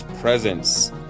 presence